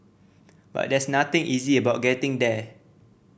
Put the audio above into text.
but there's nothing easy about getting there